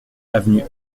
avenue